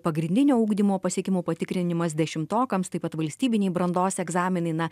pagrindinio ugdymo pasiekimų patikrinimas dešimtokams taip pat valstybiniai brandos egzaminai na